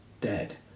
dead